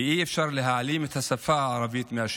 ואי-אפשר להעלים את השפה הערבית מהשטח.